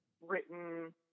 written